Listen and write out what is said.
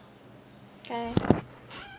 kay